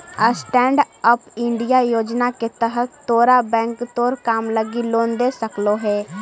stand up India योजना के तहत तोरा बैंक तोर काम लागी लोन दे सकलो हे